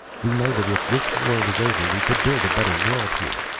we know that if this war was over we could build a better world here.